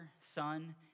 Son